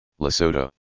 Lesotho